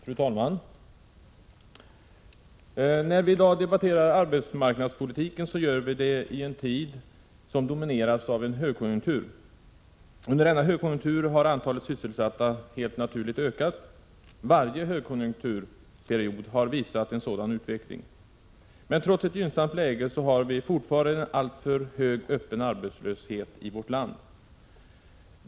Fru talman! När vi i dag debatterar arbetsmarknadspolitiken gör vi det i en | tid som domineras av en högkonjunktur. Under denna högkonjunktur har antalet sysselsatta helt naturligt ökat. Varje högkonjunktursperiod har visat en sådan utveckling. Men trots ett gynnsamt läge har vi fortfarande en alltför hög öppen arbetslöshet i vårt land.